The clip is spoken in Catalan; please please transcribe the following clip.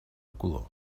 color